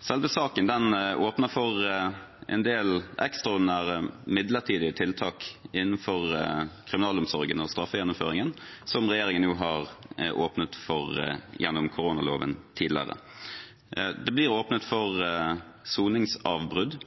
Selve saken åpner for en del ekstraordinære, midlertidige tiltak innenfor kriminalomsorgen og straffegjennomføringen, som regjeringen har åpnet for gjennom koronaloven tidligere. Det blir åpnet for soningsavbrudd.